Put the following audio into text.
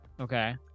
Okay